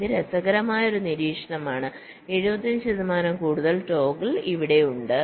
ഇത് രസകരമായ ഒരു നിരീക്ഷണമാണ് 75 ശതമാനം കൂടുതൽ ടോഗിൾ ഇവിടെ ഉണ്ട്